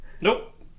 Nope